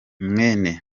mwene